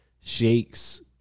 Shakes